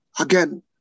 again